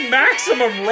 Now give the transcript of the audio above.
maximum